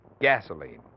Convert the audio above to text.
Gasoline